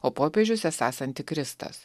o popiežius esąs antikristas